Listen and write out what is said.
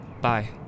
Bye